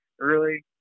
early